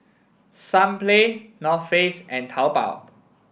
Sunplay North Face and Taobao